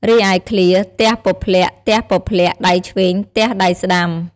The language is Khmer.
រីឯឃ្លា «ទះពព្លាក់ ទះពព្លាក់ ដៃឆ្វេង ទះដៃស្តាំ» ។